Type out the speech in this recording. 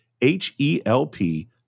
h-e-l-p